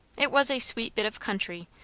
it was a sweet bit of country,